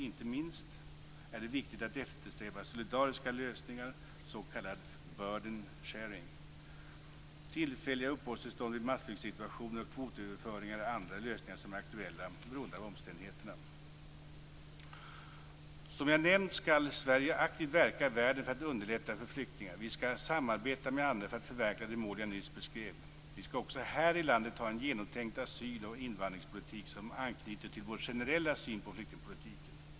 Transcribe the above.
Inte minst är det viktigt att eftersträva solidariska lösningar, s.k. burden-sharing. Tillfälliga uppehållstillstånd vid massflyktssituationer och kvotöverföringar är andra lösningar som är aktuella beroende på omständigheterna. Som jag nämnt skall Sverige aktivt verka i världen för att underlätta för flyktingar. Vi skall samarbeta med andra för att förverkliga de mål jag nyss beskrev. Vi skall också här i landet ha en genomtänkt asyl och invandringspolitik som anknyter till vår generella syn på flyktingpolitiken.